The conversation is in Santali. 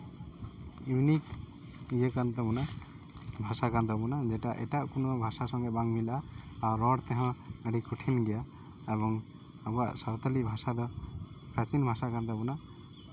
ᱮᱢᱱᱤ ᱤᱭᱟᱹ ᱠᱟᱱ ᱛᱟᱵᱚᱱᱟ ᱵᱷᱟᱥᱟ ᱠᱟᱱ ᱛᱟᱵᱳᱱᱟ ᱮᱴᱟᱜ ᱠᱳᱱᱳ ᱵᱷᱟᱥᱟ ᱥᱚᱸᱜᱮ ᱵᱟᱝ ᱢᱤᱞᱟᱹᱜᱼᱟ ᱟᱨ ᱨᱚᱲ ᱛᱮᱦᱚᱸ ᱟᱹᱰᱤ ᱠᱚᱴᱷᱤᱱ ᱜᱮᱭᱟ ᱮᱵᱚᱝ ᱟᱵᱚᱣᱟᱜ ᱥᱟᱶᱛᱟᱞᱤ ᱵᱷᱟᱥᱟ ᱫᱚ ᱯᱨᱟᱪᱤᱱ ᱵᱷᱟᱥᱟ ᱠᱟᱱ ᱛᱟᱵᱳᱱᱟ